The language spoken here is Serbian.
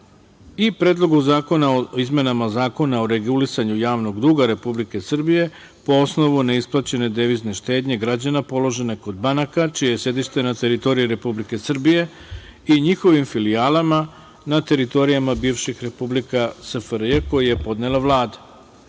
zakona o izmenama Zakona o regulisanju javnog duga Republike Srbije po osnovu neisplaćene devizne štednje građana položene kod banka čije je sedište na teritoriji Republike Srbije i njihovim filijalama na teritorijama bivših Republika SFRJ, koji je podnela VladaI